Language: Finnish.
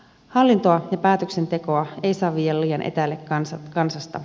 hallintoa ja päätöksentekoa ei saa viedä liian etäälle kansasta